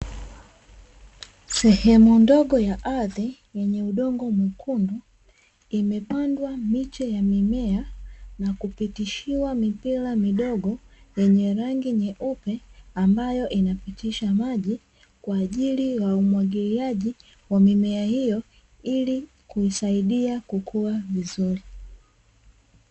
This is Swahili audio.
Sehemu ndogo ya ardhi yenye udongo mwekundu, imepandwa miche ya mimea na kupitishiwa mipira midogo yenye rangi nyeupe ambayo inapitisha maji kwaajili ya umwagiliaji wa mimea hiyo ili kuisaidia kukua vizuri.